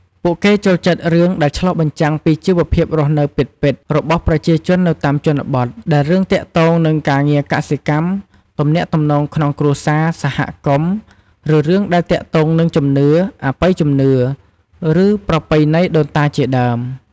ពួកគេចូលចិត្តរឿងដែលឆ្លុះបញ្ចាំងពីជីវភាពរស់នៅពិតៗ របស់ប្រជាជននៅតាមជនបទ រឿងដែលទាក់ទងនឹងការងារកសិកម្ម ទំនាក់ទំនងក្នុងគ្រួសារ សហគមន៍ ឬរឿងដែលទាក់ទងនឹងជំនឿ អបិយជំនឿ ឬប្រពៃណីដូនតាជាដើម។